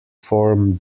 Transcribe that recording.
form